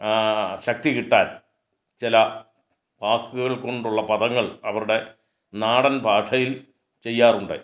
ആ ശക്തികിട്ടാൻ ചില വാക്കുകൾ കൊണ്ടുള്ള പദങ്ങൾ അവരുടെ നാടൻ ഭാഷയിൽ ചെയ്യാറുണ്ട്